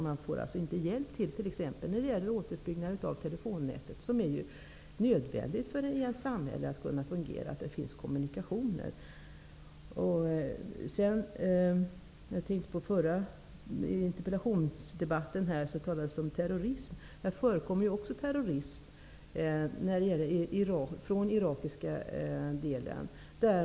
Man får inte hjälp när det gäller t.ex. återuppbyggnaden av telefonnätet som är nödvändigt för att få ett fungerande samhälle. Det måste ju finnas kommunikationer. I förra interpellationsdebatten talades om terrorism. Här förekommer också terrorism, från Irak.